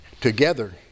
together